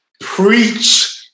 preach